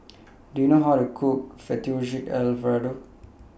Do YOU know How to Cook Fettuccine Alfredo